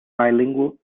bilingual